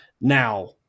Now